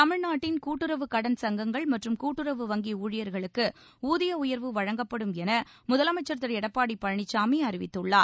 தமிழ்நாட்டின் கூட்டுறவு கடன் சங்கங்கள் மற்றும் கூட்டுறவு வங்கி ஊழியர்களுக்கு ஊதிய உயர்வு வழங்கப்படும் என முதலமைச்சர் திரு எடப்பாடி பழனிசாமி அறிவித்துள்ளார்